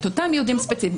את אותם ייעודים ספציפיים,